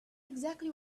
exactly